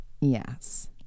Yes